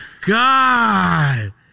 God